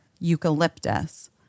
eucalyptus